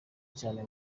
cyane